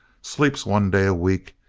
sleeps one day a week,